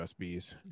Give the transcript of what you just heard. USBs